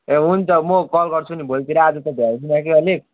ए हुन्छ म कल गर्छु नि भोलितिर आज त भ्याउँदिनँ कि अलिक